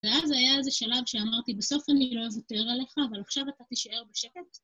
ואז היה איזה שלב שאמרתי, בסוף אני לא אוותר עליך, אבל עכשיו אתה תישאר בשקט?